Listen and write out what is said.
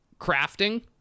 crafting